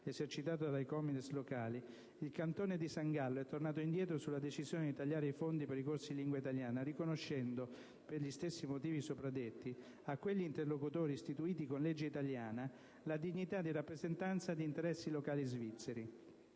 esercitata dai COMITES locali, il cantone di San Gallo è tornato indietro sulla decisione di tagliare i fondi per i corsi di lingua italiana riconoscendo, per gli stessi motivi sopra detti, a quegli interlocutori istituiti con legge italiana la dignità di rappresentanza di interessi locali svizzeri.